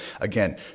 again